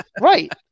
right